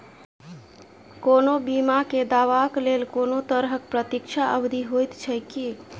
कोनो बीमा केँ दावाक लेल कोनों तरहक प्रतीक्षा अवधि होइत छैक की?